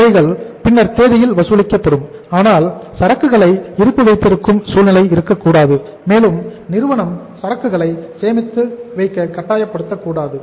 அவைகள் பின்னர் தேதியில் வசூலிக்கப்படும் ஆனால் சரக்குகளை இருப்பு வைத்திருக்கும் சூழ்நிலை இருக்கக் கூடாது மேலும் நிறுவனம் சரக்குகளை சேமித்துவைக்க கட்டாயப்படுத்தக்கூடாது